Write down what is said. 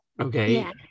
Okay